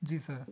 ਜੀ ਸਰ